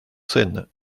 seine